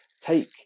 take